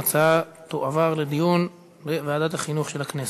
ההצעות תועברנה לדיון בוועדת החינוך של הכנסת.